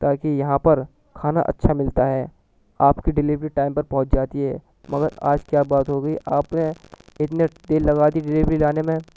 تاکہ یہاں پر کھانا اچھا ملتا ہے آپ کی ڈیلیوری ٹائم پر پہنچ جاتی ہے مگر آج کیا بات ہو گئی آپ نے اتنے دیر لگا دی ڈیلیوری لانے میں